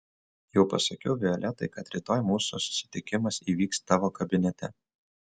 jau pasakiau violetai kad rytoj mūsų susitikimas įvyks tavo kabinete